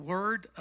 Word